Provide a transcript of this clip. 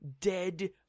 dead